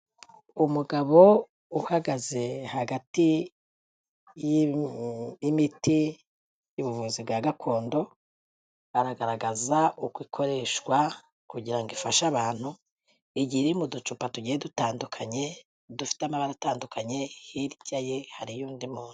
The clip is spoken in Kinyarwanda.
Umugabo uhagaze hagati y'imiti y'ubuvuzi bwa gakondo aragaragaza uko ikoreshwa kugira ngo ifashe abantu, igiye iri mu ducupa tugiye dutandukanye dufite amabara atandukanye, hirya ye hariyo undi muntu.